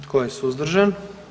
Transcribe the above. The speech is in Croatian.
Tko je suzdržan?